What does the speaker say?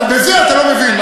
אבל בזה אתה לא מבין,